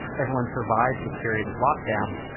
everyone survives this period of lockdown.